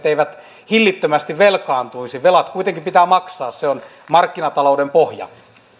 eivät hillittömästi velkaantuisi velat kuitenkin pitää maksaa se on markkinatalouden pohja